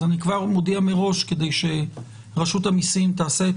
אז אני כבר מודיע מראש כדי שהרשות המיסים תעשה את